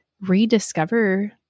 rediscover